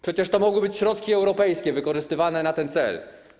Przecież to mogły być środki europejskie wykorzystywane na ten cel.